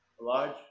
Large